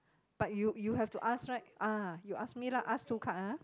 but you you have to ask right ah you ask me lah ask two card ah